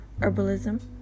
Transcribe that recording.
herbalism